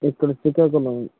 ఇక్కడ శ్రీకాకుళం